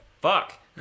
fuck